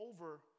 over